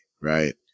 right